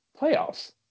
playoffs